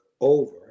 over